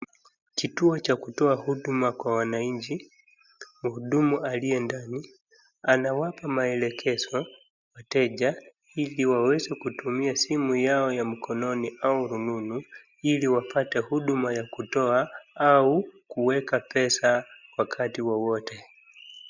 Kituo cha kutoa huduma kwa wananchi. Mhudumu aliye ndani anawapa maelekezo wateja ili waweze kutumia simu yao ya mkononi au rununu ili wapate huduma ya kutoa au kuweka pesa kwa kadi wowote.